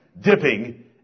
dipping